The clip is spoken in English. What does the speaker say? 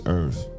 earth